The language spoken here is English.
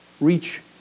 Reach